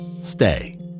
stay